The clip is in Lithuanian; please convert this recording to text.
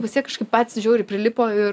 vis tiek kažkaip patys žiauriai prilipo ir